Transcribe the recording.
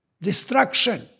Destruction